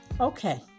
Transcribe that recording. Okay